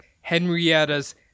Henrietta's